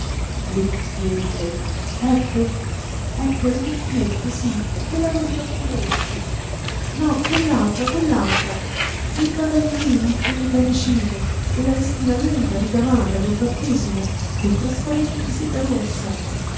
le cuffiette ecco ecco le cuffiette sí quella coi fiocchi rossi no quell'altra quell'altra e i bavaglini e le camicine e la vestina lunga ricamata del battesimo col trasparente di seta rossa